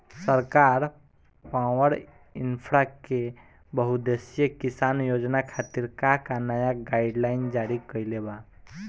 सरकार पॉवरइन्फ्रा के बहुउद्देश्यीय किसान योजना खातिर का का नया गाइडलाइन जारी कइले बा?